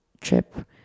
trip